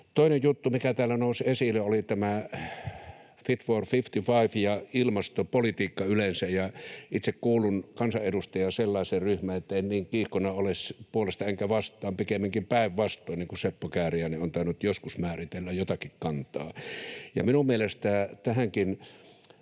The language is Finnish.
Toinen juttu, mikä täällä nousi esille, oli tämä Fit for 55 ja ilmastopolitiikka yleensä, ja itse kuulun kansanedustajana sellaiseen ryhmään, että en niin kiihkona ole puolesta enkä vastaan, pikemminkin päinvastoin, niin kuin Seppo Kääriäinen on tainnut joskus määritellä jotakin kantaa. Minun mielestäni tähänkin